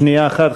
שנייה אחת,